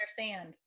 understand